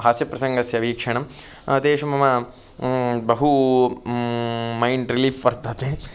हास्यप्रसङ्गस्य वीक्षणं तेषु मम बहु मैण्ड् रिलीफ़् वर्धते